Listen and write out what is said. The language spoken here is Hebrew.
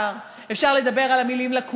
אפשר לדבר על המילה פער,